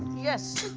yes